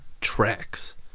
tracks